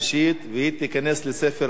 והיא תיכנס לספר החוקים.